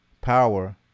power